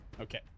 Okay